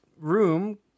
room